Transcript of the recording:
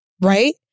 Right